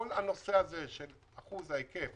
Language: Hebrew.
כל הנושא של אחוז ההיקף